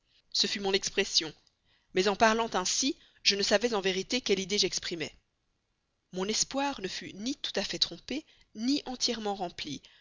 ce fut mon expression mais en parlant ainsi je ne savais en vérité quelle idée j'exprimais mon espoir ne fut ni tout à fait trompé ni entièrement rempli